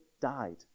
died